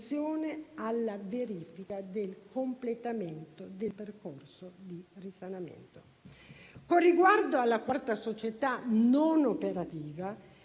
Con riguardo alla quarta società, non operativa,